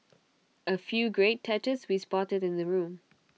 A few great touches we spotted in the room